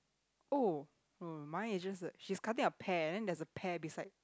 oh uh mine is just a she's cutting a pear and then there's a pear beside